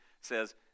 says